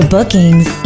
bookings